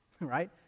right